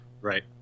Right